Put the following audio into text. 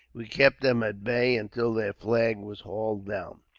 we kept them at bay until their flag was hauled down.